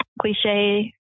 cliche